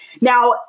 now